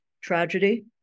tragedy